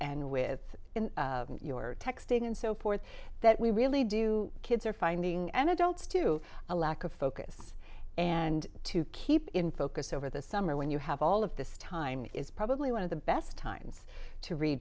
and with your texting and so forth that we really do kids are finding and adults to a lack of focus and to keep in focus over the summer when you have all of this time is probably one of the best times to read